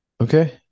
Okay